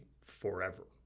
forever